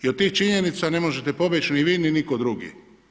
I od tih činjenica ne možete pobjeć ni vi, ni nitko drugi.